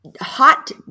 hot